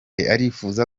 arifuza